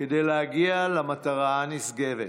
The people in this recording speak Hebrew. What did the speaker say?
כדי להגיע למטרה הנשגבת: